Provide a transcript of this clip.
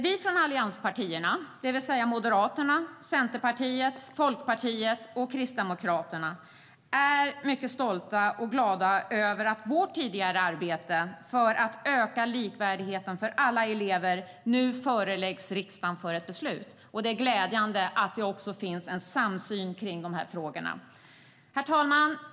Vi från allianspartierna, det vill säga Moderaterna, Centerpartiet, Folkpartiet och Kristdemokraterna, är mycket stolta och glada över att vårt tidigare arbete för att öka likvärdigheten för alla elever nu föreläggs riksdagen för beslut. Det är glädjande att det finns en samsyn i de här frågorna. Herr talman!